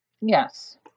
yes